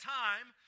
time